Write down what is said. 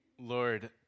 Lord